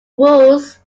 rules